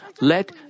let